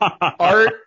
Art